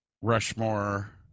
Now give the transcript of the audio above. Rushmore